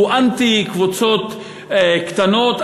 הוא אנטי קבוצות קטנות,